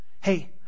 Hey